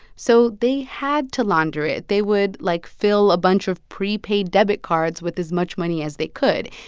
so they had to launder it. they would, like, fill a bunch of prepaid debit cards with as much money as they could.